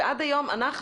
ועד היום אנחנו,